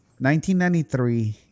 1993